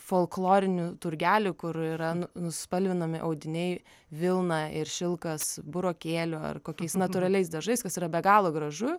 folklorinių turgelių kur yra nuspalvinami audiniai vilna ir šilkas burokėliu ar kokiais natūraliais dažais kas yra be galo gražu